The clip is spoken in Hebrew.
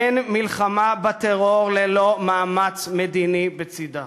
אין מלחמה בטרור ללא מאמץ מדיני בצדה.